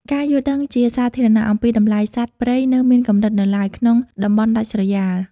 ការយល់ដឹងជាសាធារណៈអំពីតម្លៃសត្វព្រៃនៅមានកម្រិតនៅឡើយក្នុងតំបន់ដាច់ស្រយាល។